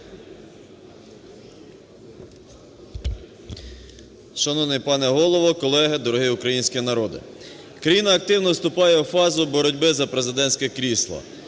Шановний пане Голово, колеги, дорогий український народе! Країна активно вступає у фазу боротьби за президентське крісло,